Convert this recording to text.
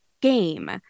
game